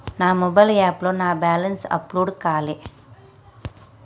నా మొబైల్ యాప్లో నా బ్యాలెన్స్ అప్డేట్ కాలే